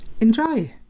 Enjoy